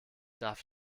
darf